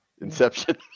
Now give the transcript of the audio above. Inception